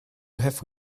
have